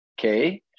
Okay